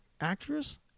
actors